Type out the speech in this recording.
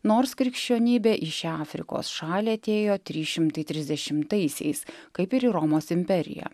nors krikščionybė į šią afrikos šalį atėjo trys šimtai trisdešimtaisiais kaip ir į romos imperiją